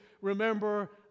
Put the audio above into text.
remember